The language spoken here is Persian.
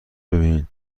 ببینیدهمه